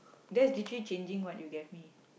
that's literally changing what you gave me